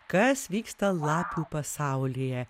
kas vyksta lapių pasaulyje